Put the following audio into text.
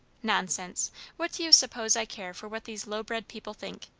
nonsense what do you suppose i care for what these low-bred people think?